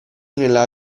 nella